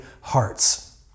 hearts